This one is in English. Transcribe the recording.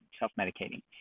self-medicating